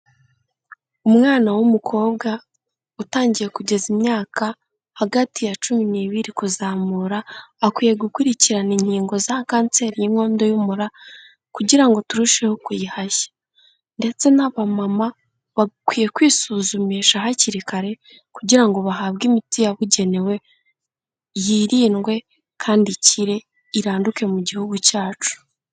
Umwana w'umukobwa utangiye kugeza imyaka hagati ya cumi n'ibiri kuzamura, akwiye gukurikirana inkingo za kanseri y'inkondo y'umura kugira ngo turusheho kuyihashya, ndetse na ba mama bakwiye kwisuzumisha hakiri kare, kugira ngo bahabwe imiti yabugenewe yirindwe kandi ikire iranduke mu gihugu cyacu.